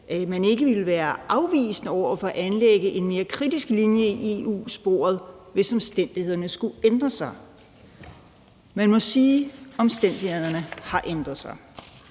man ikke ville være afvisende over for at anlægge en mere kritisk linje i forhold til EU-sporet, hvis omstændighederne skulle ændre sig. Man må sige, at omstændighederne har ændret sig.